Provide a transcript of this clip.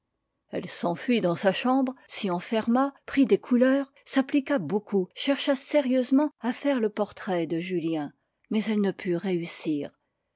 elle s'enfuit dans sa chambre s'y enferma prit des couleurs s'appliqua beaucoup chercha sérieusement à faire le portrait de julien mais elle ne put réussir